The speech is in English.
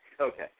Okay